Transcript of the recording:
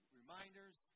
reminders